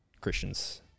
christians